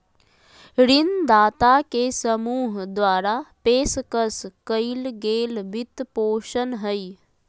ऋणदाता के समूह द्वारा पेशकश कइल गेल वित्तपोषण हइ